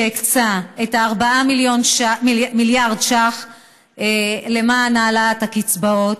שהקצה 4 מיליארד ש"ח למען העלאת הקצבאות.